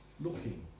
looking